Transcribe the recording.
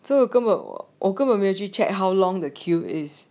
so 根本我我根本没有去 check how long the queue is